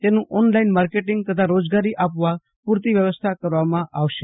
તેનું online marketing તથા રોજગારી આપવા પુરતી વ્યવસ્થા કરવામાં આવશે